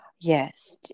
Yes